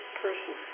person